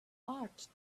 art